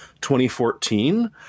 2014